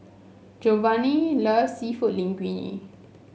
Geovanni loves seafood Linguine